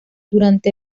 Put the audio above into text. durante